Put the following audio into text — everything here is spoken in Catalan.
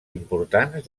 importants